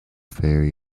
very